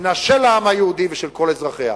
מדינה של העם היהודי ושל כל אזרחיה.